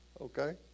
okay